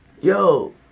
Yo